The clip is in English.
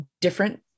different